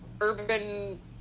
Urban